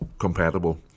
compatible